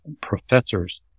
professors